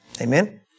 Amen